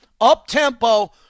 up-tempo